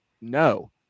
No